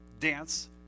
dance